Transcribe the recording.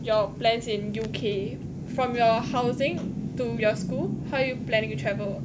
your plans in U_K from your housing to your school how are you planning to travel